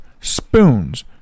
spoons